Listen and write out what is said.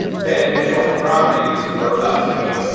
beneficial properties for us. i mean,